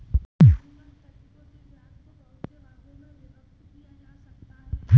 कानूनन तरीकों से ब्याज को बहुत से भागों में विभक्त किया जा सकता है